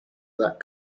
that